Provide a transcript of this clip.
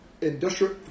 industrial